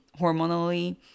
hormonally